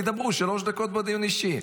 תדברו שלוש דקות בדיון אישי.